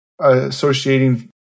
associating